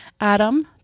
Adam